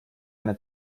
eine